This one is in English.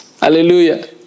Hallelujah